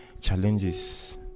challenges